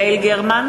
יעל גרמן,